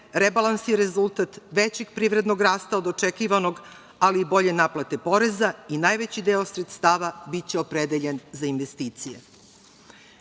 rebalans je rezultata većeg privrednog rasta od očekivanog, ali i bolje naplate poreza i najveći deo sredstava biće opredeljen za investicije. Kada